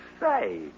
say